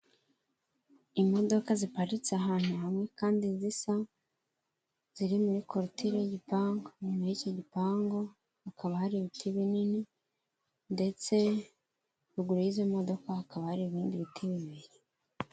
Imodoka ziparitse ahantu hamwe kandi zisa ziri muri korotire y'igipangu, inyuma y'iki gipangu hakaba hari ibiti binini ndetse ruguru y'izo modoka hakaba hari ibindi biti bibiri.